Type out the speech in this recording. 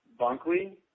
Bunkley